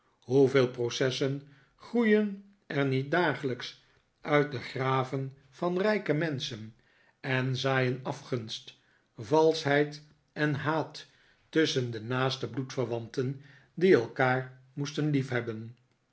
hoeveel processen groeien er niet dagelijks uit de graven van rijke menschen en zaaien afgunst valschheid en haat tusschen de naaste bloedverwanten die elkaar moesten liefhebben